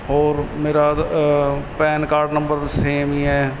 ਹੋਰ ਮੇਰਾ ਅਧ ਪੈਨ ਕਾਰਡ ਨੰਬਰ ਸੇਮ ਹੀ ਹੈ